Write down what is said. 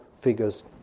figures